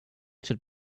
should